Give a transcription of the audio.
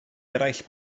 eraill